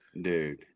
Dude